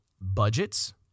Budgets